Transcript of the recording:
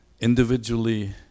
Individually